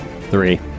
Three